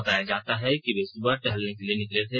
बताया जाता है कि वे सुबह टहलने के लिए निकले थे